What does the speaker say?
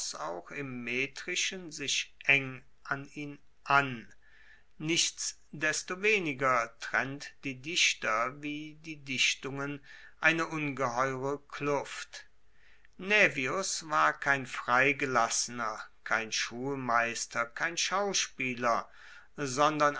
auch im metrischen sich eng an ihn an nichtsdestoweniger trennt die dichter wie die dichtungen eine ungeheure kluft naevius war kein freigelassener kein schulmeister und kein schauspieler sondern